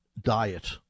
diet